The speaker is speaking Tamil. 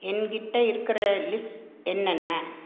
என்கிட்டே இருக்கிற லிஸ்ட் என்னென்ன